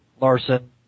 Larson